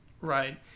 right